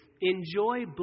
Enjoy